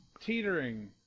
teetering